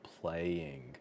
playing